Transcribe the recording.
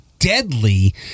Deadly